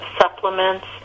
supplements